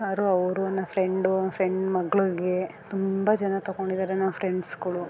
ಆದ್ರು ಅವರು ನಾ ಫ್ರೆಂಡು ಫ್ರೆಂಡ್ ಮಗ್ಳಿಗೆ ತುಂಬ ಜನ ತಗೊಂಡಿದ್ದಾರೆ ನನ್ನ ಫ್ರೆಂಡ್ಸುಗಳು